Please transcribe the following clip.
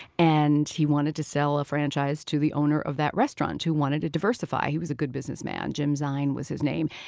and he wanted to sell a franchise to the owner of that restaurant, who wanted to diversify. he was a good businessman jim zien was his name.